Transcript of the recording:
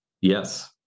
Yes